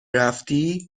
رفتی